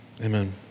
Amen